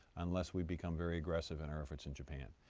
unless we become very aggressive in our efforts in japan.